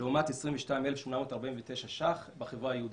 לעומת 22,849 ש"ח בחברה היהודית.